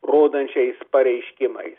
rodančiais pareiškimais